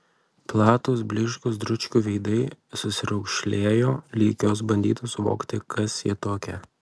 platūs blyškūs dručkių veidai susiraukšlėjo lyg jos bandytų suvokti kas ji tokia